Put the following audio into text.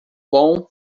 bom